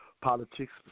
politics